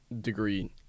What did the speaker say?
degree